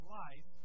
life